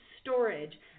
storage